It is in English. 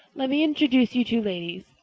let me introduce you two ladies.